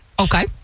Okay